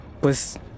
pues